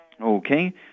Okay